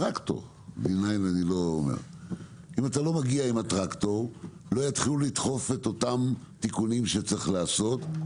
אתה לא מגיע עם הטרקטור - לא יתחילו לדחוף את התיקונים שיש לעשות.